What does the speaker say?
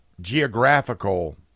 geographical